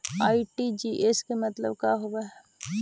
RTGS के मतलब का होव हई?